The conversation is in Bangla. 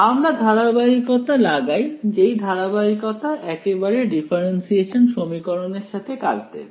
আমরা ধারাবাহিকতা লাগাই যেই ধারাবাহিকতা একেবারে ডিফারেন্সিয়েশন সমীকরণের সাথে কাজ দেবে